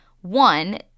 one